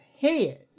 head